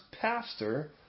pastor